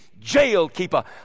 Jailkeeper